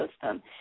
system